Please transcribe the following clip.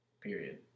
period